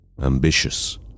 ambitious